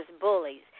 bullies